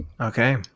Okay